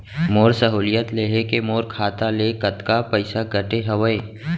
मोर सहुलियत लेहे के मोर खाता ले कतका पइसा कटे हवये?